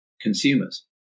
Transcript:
consumers